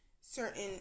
certain